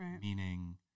meaning